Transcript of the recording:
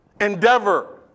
Endeavor